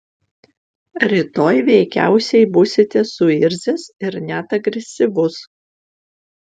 rytoj veikiausiai būsite suirzęs ir net agresyvus